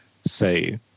say